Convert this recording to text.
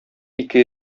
ике